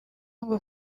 ngo